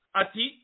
ati